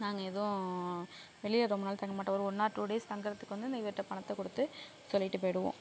நாங்கள் எதுவும் வெளியே ரொம்ப நாள் தங்க மாட்டோம் ஒரு ஒன் ஆர் டூ டேஸ் தங்கறதுக்கு வந்து இந்த இவர்கிட்ட பணத்தை கொடுத்து சொல்லிவிட்டு பேயி விடுவோம்